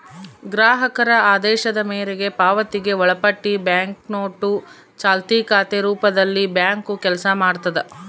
ಗ್ರಾಹಕರ ಆದೇಶದ ಮೇರೆಗೆ ಪಾವತಿಗೆ ಒಳಪಟ್ಟಿ ಬ್ಯಾಂಕ್ನೋಟು ಚಾಲ್ತಿ ಖಾತೆ ರೂಪದಲ್ಲಿಬ್ಯಾಂಕು ಕೆಲಸ ಮಾಡ್ತದ